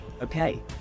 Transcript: Okay